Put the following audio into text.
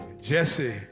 Jesse